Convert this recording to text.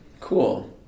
cool